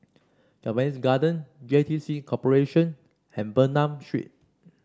Japanese Garden J T C Corporation and Bernam Street